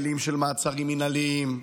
כלים של מעצרים מינהליים,